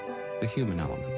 the human element.